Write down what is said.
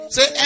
Say